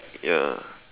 ya